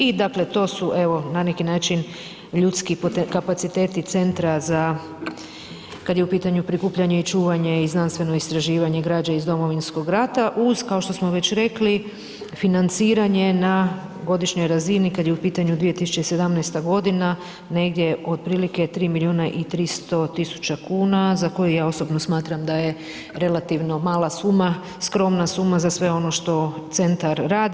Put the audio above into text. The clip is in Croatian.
I dakle to su evo na neki način ljudski kapaciteti centra za, kad je u pitanju prikupljanje i čuvanje i znanstveno istraživanje građe iz Domovinskog rata uz kao što smo već rekli financiranje na godišnjoj razini kada je u pitanju 2017. godina negdje otprilike 3 milijuna i 300 tisuća kuna za koje ja osobno smatram da je relativno mala suma, skromna suma za sve ono što centar radi.